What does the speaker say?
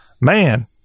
man